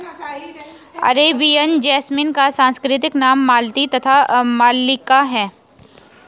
Arabian jasmine का संस्कृत नाम मालती तथा मल्लिका है